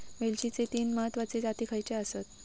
वेलचीचे तीन महत्वाचे जाती खयचे आसत?